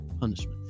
punishment